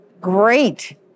Great